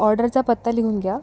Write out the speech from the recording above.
ऑर्डरचा पत्ता लिहून घ्या